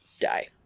die